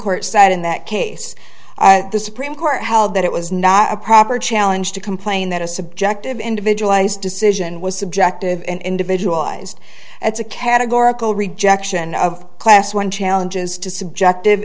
court said in that case the supreme court held that it was not a proper challenge to complain that a subjective individualized decision was subjective in individual eyes it's a categorical rejection of class when challenges to subjective